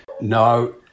No